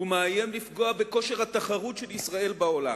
הוא מאיים לפגוע בכושר התחרות של ישראל בעולם,